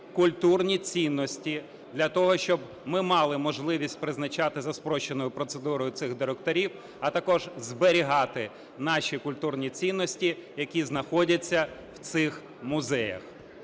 культурні цінності для того, щоб ми мали можливість призначати за спрощеною процедурою цих директорів, а також зберігати наші культурні цінності, які знаходяться в цих музеях.